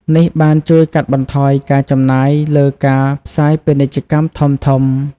នេះបានជួយកាត់បន្ថយការចំណាយលើការផ្សាយពាណិជ្ជកម្មធំៗ។